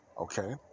Okay